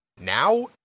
Now